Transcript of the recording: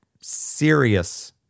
serious